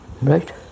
Right